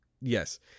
yes